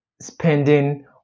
spending